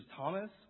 Thomas